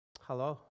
Hello